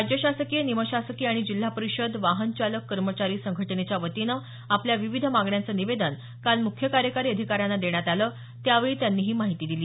राज्य शासकीय निमशासकीय आणि जिल्हा परिषद वाहन चालक कर्मचारी संघटनेच्या वतीनं आपल्या विविध मागण्यांचं निवेदन काल मुख्य कार्यकारी अधिकाऱ्यांना देण्यात आलं त्यावेळी त्यांनी ही माहिती दिली